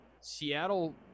Seattle